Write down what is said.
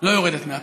לא יורדת מהפרק.